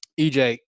EJ